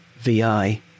VI